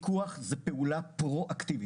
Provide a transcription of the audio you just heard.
פיקוח זה פעולה פרואקטיבית,